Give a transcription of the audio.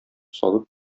салып